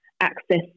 access